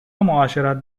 معاشرت